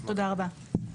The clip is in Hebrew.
תודה רבה.